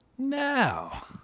now